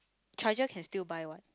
charger can still buy what